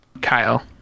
Kyle